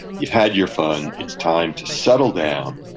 you've had your fun. it's time to settle down,